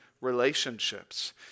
relationships